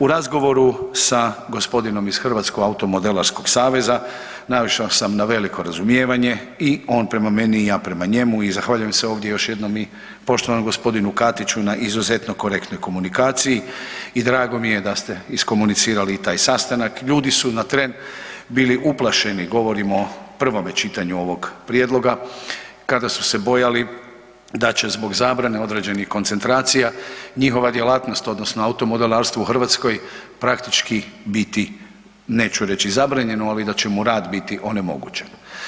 U razgovoru sa gospodinom iz Hrvatskog automodelarskog saveza naišao sam na veliko razumijevanje i on prema meni i ja prema njemu i zahvaljujem se ovdje još jednom i poštovanom g. Katiću na izuzetno korektnoj komunikaciji i drago mi je da ste iskomunicirali i taj sastanak, ljudi su na tren bili uplašeni, govorim o prvome čitanju ovoga prijedloga, kada su se bojali da će zbog zabrane određenih koncentracija njihova djelatnost odnosno automodelarstvo u Hrvatskoj praktički biti, neću reći zabranjeno, ali da će mu rad biti onemogućen.